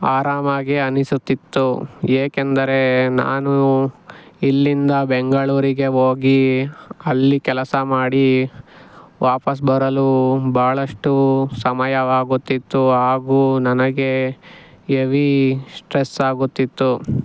ಆರಾಮಾಗಿ ಅನ್ನಿಸುತ್ತಿತ್ತು ಏಕೆಂದರೆ ನಾನು ಇಲ್ಲಿಂದ ಬೆಂಗಳೂರಿಗೆ ಹೋಗಿ ಅಲ್ಲಿ ಕೆಲಸ ಮಾಡಿ ವಾಪಸ್ ಬರಲು ಭಾಳಷ್ಟು ಸಮಯವಾಗುತ್ತಿತ್ತು ಹಾಗೂ ನನಗೆ ಎವೀ ಸ್ಟ್ರೆಸ್ ಆಗುತ್ತಿತ್ತು